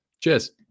Cheers